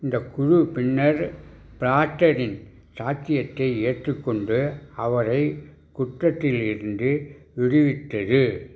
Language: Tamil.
இந்தக் குழு பின்னர் பிளாட்டரின் சாட்சியத்தை ஏற்றுக்கொண்டு அவரை குற்றத்திலிருந்து விடுவித்தது